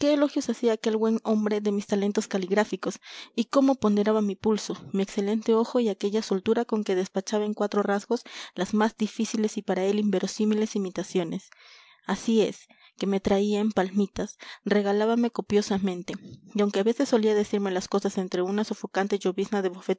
elogios hacía aquel buen hombre de mis talentos caligráficos y cómo ponderaba mi pulso mi excelente ojo y aquella soltura con que despachaba en cuatro rasgos las más difíciles y para él inverosímiles imitaciones así es que me traía en palmitas regalábame copiosamente y aunque a veces solía decirme las cosas entre una sofocante llovizna de